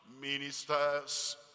ministers